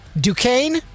Duquesne